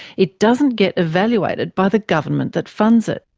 it doesn't get evaluated by the government that funds it.